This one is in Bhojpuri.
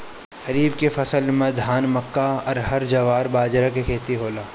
खरीफ के फसल में धान, मक्का, अरहर, जवार, बजरा के खेती होला